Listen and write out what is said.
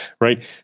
right